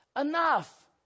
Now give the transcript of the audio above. enough